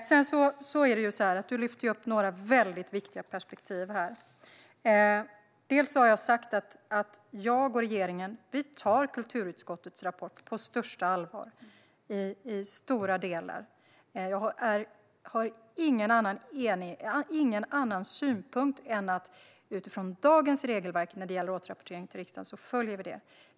Du lyfter upp några viktiga perspektiv här. Jag har sagt att jag och regeringen tar kulturutskottets rapport på största allvar i stora delar. Jag har ingen annan synpunkt än att vi följer dagens regelverk när det gäller återrapportering.